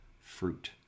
fruit